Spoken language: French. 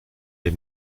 les